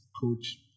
coach